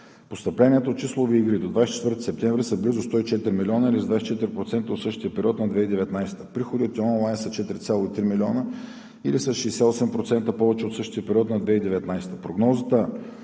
Постъпленията от числови игри до 24 септември са близо 104 млн. лв., или с 24% от същия период на 2019 г. Приходите онлайн са 4,3 милиона, или с 68% повече от същия период на 2019 г. Прогнозата